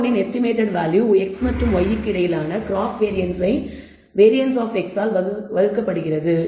β1 இன் estimated value x மற்றும் y க்கு இடையிலான கிராஸ் கோவேரியன்ஸ் ஸை வேரியன்ஸ் ஆப் x ஆல் வகுக்கப்படுகிறது